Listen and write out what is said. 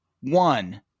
one